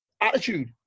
attitude